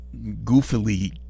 goofily